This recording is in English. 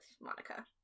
Monica